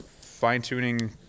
fine-tuning